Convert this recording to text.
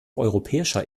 europäischer